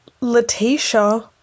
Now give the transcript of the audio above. Letitia